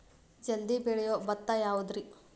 ಜಲ್ದಿ ಬೆಳಿಯೊ ಭತ್ತ ಯಾವುದ್ರೇ?